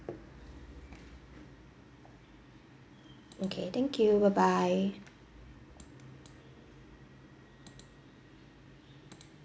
okay thank you bye bye